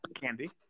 candy